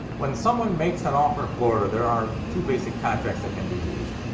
when someone makes an offer in florida there are two basic contracts that can be used.